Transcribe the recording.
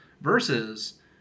Versus